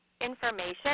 information